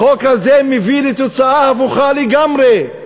החוק הזה מביא לתוצאה הפוכה לגמרי.